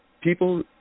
people